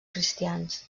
cristians